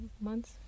months